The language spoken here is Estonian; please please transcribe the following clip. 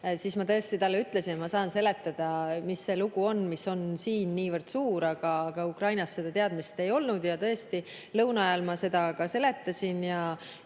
siis ma tõesti talle ütlesin, et ma saan seletada, mis lugu see on, mis on siin niivõrd suur, aga millest Ukrainas seda teadmist ei olnud. Ja lõuna ajal ma seda ka seletasin